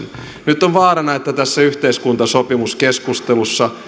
nyt on vaarana että tässä yhteiskuntasopimuskeskustelussa